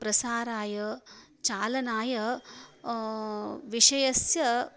प्रसाराय चालनाय विषयस्य